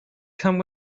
come